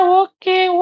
okay